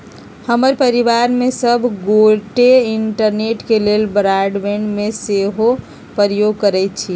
हमर परिवार में सभ गोटे इंटरनेट के लेल ब्रॉडबैंड के सेहो प्रयोग करइ छिन्ह